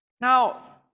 Now